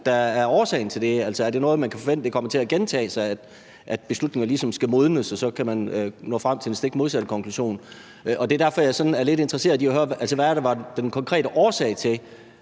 er årsagen til det. Er det noget, man kan forvente kan komme til at gentage sig, altså at beslutninger ligesom skal modnes og man så kan nå frem til den stik modsatte konklusion? Det er derfor, jeg er lidt interesseret i at høre, hvad der var den konkrete årsag til,